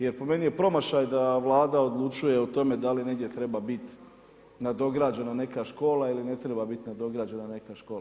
Jer po meni je promašaj da Vlada odlučuje o tome da li negdje treba biti nadograđeno neka škola i ne treba biti nadograđena neka škola.